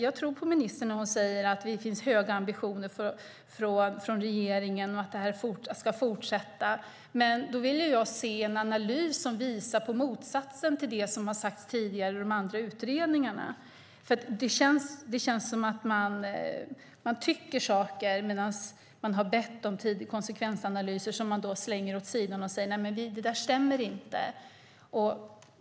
Jag tror på ministern när hon säger att det finns höga ambitioner från regeringen för att detta ska kunna fortsätta. Men jag vill se en analys som visar på motsatsen till det som har sagts tidigare och i de andra utredningarna. Det känns som att man bara tycker saker. Man har bett om konsekvensanalyser, men slänger dem åt sidan och säger: Nej, det där stämmer inte.